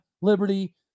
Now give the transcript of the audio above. Liberty